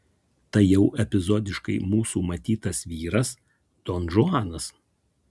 tai jau epizodiškai mūsų matytas vyras donžuanas